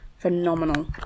phenomenal